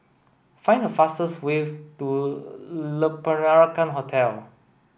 find the fastest way to Le Peranakan Hotel